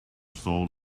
soul